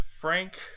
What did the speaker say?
Frank